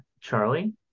Charlie